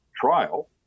trial